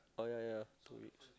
oh yeah yeah two weeks